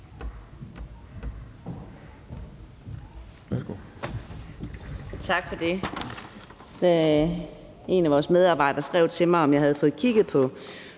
Tak for det. Da en af vores medarbejdere skrev til mig, om jeg havde fået kigget på